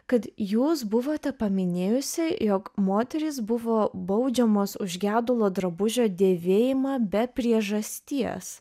kad jūs buvote paminėjusi jog moterys buvo baudžiamos už gedulo drabužio dėvėjimą be priežasties